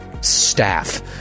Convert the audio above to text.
staff